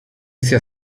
sia